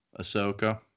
Ahsoka